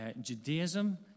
Judaism